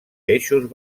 eixos